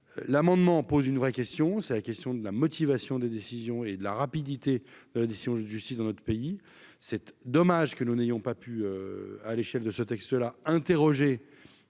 l'amendement pose une vraie question, c'est la question de la motivation des décisions et de la rapidité d'justice dans notre pays cette dommage que nous n'ayons pas pu à l'échelle de ce texte là, interrogé